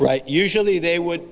right usually they would